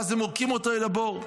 ואז הם זורקים אותו אל הבור.